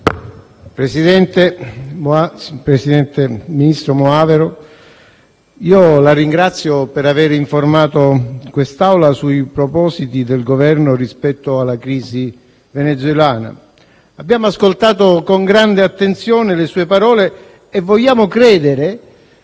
Onorevole ministro Moavero Milanesi, la ringrazio per aver informato quest'Assemblea sui propositi del Governo rispetto alla crisi venezuelana. Abbiamo ascoltato con grande attenzione le sue parole e vogliamo credere